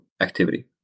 activity